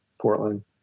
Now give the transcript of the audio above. Portland